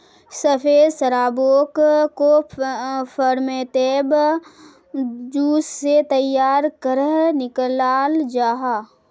सफ़ेद शराबोक को फेर्मेंतेद जूस से तैयार करेह निक्लाल जाहा